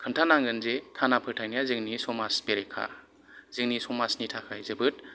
खोन्थानांगोन जे खाना फोथायनाया जोंनि समाज बेरेखा जोंनि समाजनि थाखाय जोबोत